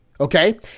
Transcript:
Okay